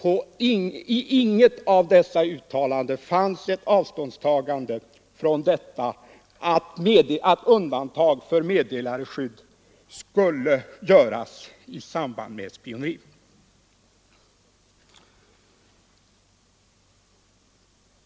I inget av dessa uttalanden redovisades något avståndstagande från bestämmelsen att undantag för meddelarskydd skulle göras i samband med spioneri.